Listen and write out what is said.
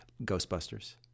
Ghostbusters